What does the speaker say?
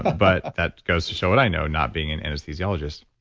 but that goes to show what i know, not being an anesthesiologist.